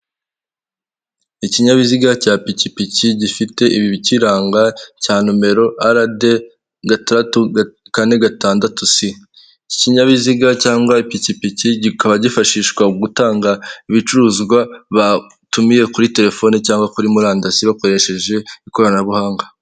Uyu ni umuhanda wo mu bwoko bwa kaburimbo ugizwe n'amabara y'umukara nu'uturongo tw'umweru, kuruhande hari ibiti birebire by'icyatsi bitoshye, bitanga umuyaga n'amahumbezi ku banyura aho ngaho bose.